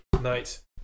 night